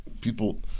People